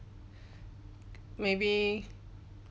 maybe